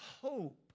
hope